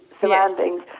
surroundings